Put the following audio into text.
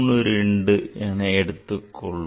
32 எடுத்துக்கொள்வோம்